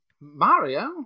Mario